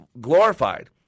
glorified